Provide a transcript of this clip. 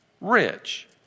rich